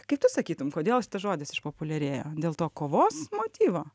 kaip tu sakytum kodėl šitas žodis išpopuliarėjo dėl to kovos motyvo